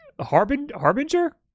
Harbinger